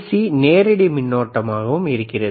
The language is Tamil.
சி நேரடி மின்னோட்டமாகவும் இருக்கிறது